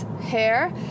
hair